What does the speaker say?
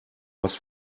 was